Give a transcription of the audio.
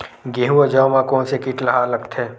गेहूं अउ जौ मा कोन से कीट हा लगथे?